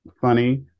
funny